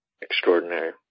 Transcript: Extraordinary